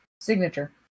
signature